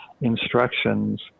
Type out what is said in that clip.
instructions